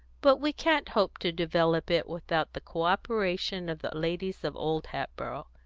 but we can't hope to develop it without the co-operation of the ladies of old hatboro',